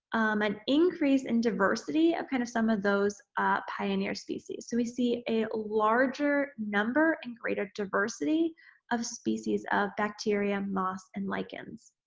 an increase in diversity of kind of some of those pioneer species so we see a larger number and greater diversity of species of bacteria, moss, and lichens.